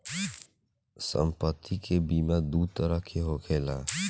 सम्पति के बीमा दू तरह के होखेला